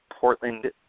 Portland